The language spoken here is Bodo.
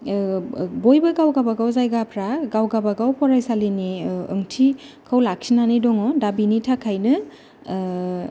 बयबो गाव गाबा गाव जायगाफ्रा गाव गाबा गाव फरायसालिनि ओंथि खौ लाखिनानै दङ बेनि थाखायनो